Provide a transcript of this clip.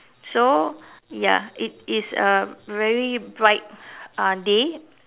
so ya it is a very bright uh day